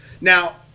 Now